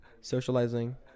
socializing